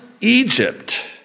Egypt